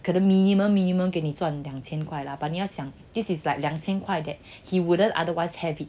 可能 minimum minimum 给你赚两千块啦 but 你要想 this is like 两千块 that he wouldn't otherwise have it